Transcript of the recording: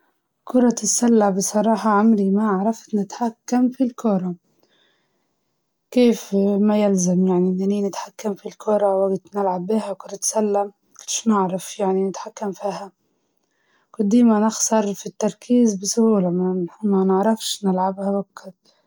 مرة رأيت خفاش قريب واجد في مزرعة شكلها كان يخوف شوية، لإني مش متعودة نشوفهم قريبات واجد.